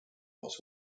class